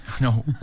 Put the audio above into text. No